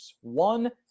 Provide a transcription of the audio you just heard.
One